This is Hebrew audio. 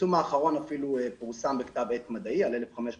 הפרסום האחרון אפילו פורסם בכתב עת מדעי על 1,500 מקרים,